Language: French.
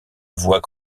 voit